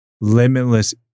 limitless